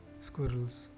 squirrels